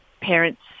parents